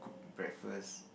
breakfast